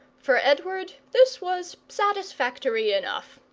for edward this was satisfactory enough.